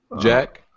Jack